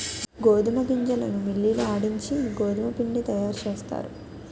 గోధుమ గింజలను మిల్లి లో ఆడించి గోధుమపిండి తయారుచేస్తారు